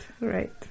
right